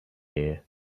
here